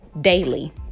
Daily